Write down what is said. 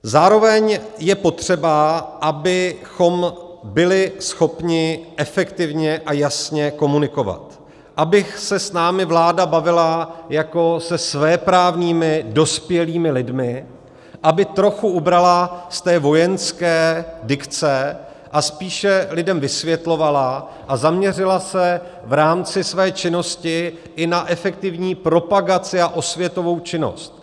Zároveň je potřeba, abychom byli schopni efektivně a jasně komunikovat, aby se s námi vláda bavila jako se svéprávnými dospělými lidmi, aby trochu ubrala z té vojenské dikce a spíše lidem vysvětlovala a zaměřila se v rámci své činnosti i na efektivní propagaci a osvětovou činnost.